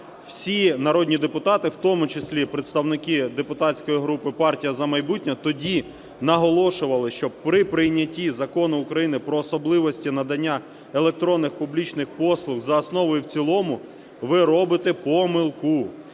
всі народні депутати, в тому числі представники депутатської групи "Партія "За майбутнє", тоді наголошували, що при прийнятті Закону України "Про особливості надання електронних публічних послуг" за основу і в цілому ви робите помилку.